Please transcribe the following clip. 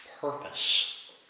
purpose